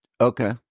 Okay